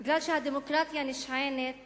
כי הדמוקרטיה נשענת